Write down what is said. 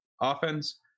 offense